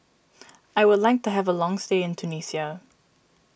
I would like to have a long stay in Tunisia